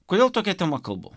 kodėl tokia tema kalbu